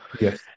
Yes